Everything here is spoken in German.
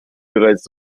bereits